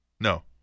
No